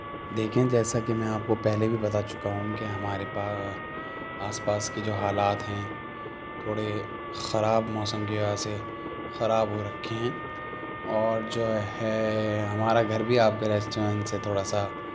دیکھیں جیسا کہ میں آپ کو پہلے بھی بتا چکا ہوں کہ ہمارے پا آس پاس کے جو حالات ہیں تھوڑے خراب موسم کی وجہ سے خراب ہو رکھے ہیں اور جو ہے ہمارا گھر بھی آپ کے ریسٹورینٹ سے تھوڑا سا